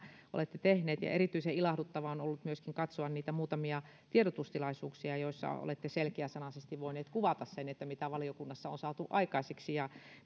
olette tehneet erityisen ilahduttavaa on ollut myöskin katsoa niitä muutamia tiedotustilaisuuksia joissa olette selkeäsanaisesti voinut kuvata sen mitä valiokunnassa on saatu aikaiseksi ja